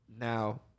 now